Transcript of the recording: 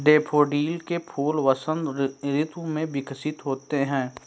daffodil के फूल वसंत ऋतु में विकसित होते हैं